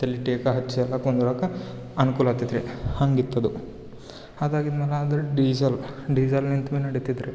ತಲೆಟೇಕ ಹಚ್ಚಿಯಲ್ಲ ಕುಂದ್ರಾಕೆ ಅನುಕೂಲ ಆಗ್ತಿತ್ತು ರೀ ಹಂಗೆ ಇತ್ತು ಅದು ಅದಾಗಿದ್ಮೇಲೆ ಅದರ ಡಿಸೇಲ್ ಡೀಸೆಲ್ ನಿಂತ್ಮೇಲೆ ನಡಿತತ್ರಿ